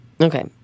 Okay